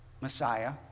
Messiah